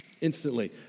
instantly